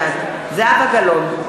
בעד זהבה גלאון,